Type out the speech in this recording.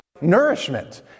nourishment